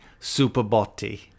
Superbotti